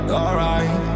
alright